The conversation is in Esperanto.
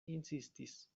insistis